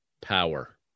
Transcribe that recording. power